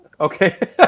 Okay